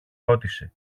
ρώτησε